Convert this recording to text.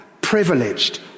privileged